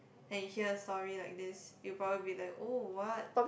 and hear story like this you probably be like oh what